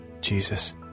Jesus